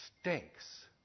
stinks